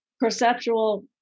perceptual